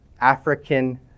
African